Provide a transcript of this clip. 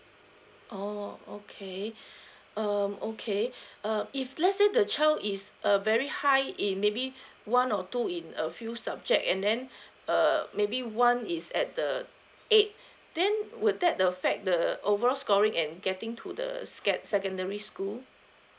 oh okay um okay uh if let's say the child is a very high in maybe one or two in a few subject and then uh maybe one is at the eight then would that affect the overall scoring and getting to the sec~ secondary school